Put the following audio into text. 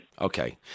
Okay